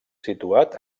situat